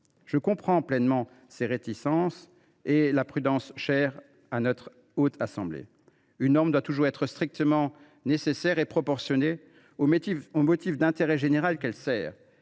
Je comprends pleinement ces réticences et la prudence chère à notre Haute Assemblée : une norme doit toujours être strictement nécessaire et proportionnée au motif d’intérêt général qu’elle sert.